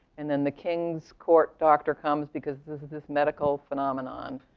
and then the king's court doctor comes, because this is this medical phenomenon.